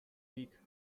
week